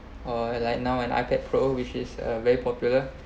or like now an ipad pro which is uh very popular